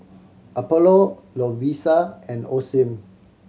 Apollo Lovisa and Osim